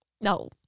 no